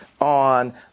on